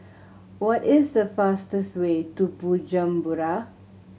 what is the fastest way to Bujumbura